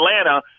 Atlanta